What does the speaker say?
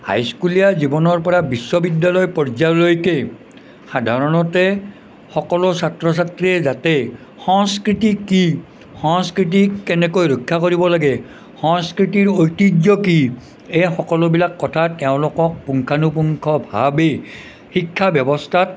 হাইস্কুলীয়া জীৱনৰ পৰা বিশ্ববিদ্যালয় পৰ্যায়লৈকে সাধাৰণতে সকলো ছাত্ৰ ছাত্ৰীয়ে যাতে সংস্কৃতি কি সংস্কৃতিক কেনেকৈ ৰক্ষা কৰিব লাগে সংস্কৃতিৰ ঐতিহ্য কি এই সকলোবিলাক কথা তেওঁলোকক পুংখানুপুংখভাৱে শিক্ষা ব্যৱস্থাত